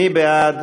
מי בעד?